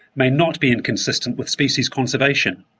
may not be inconsistent with species conservation.